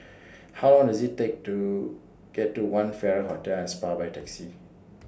How Long Does IT Take to get to one Farrer Hotel and Spa By Taxi